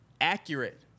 accurate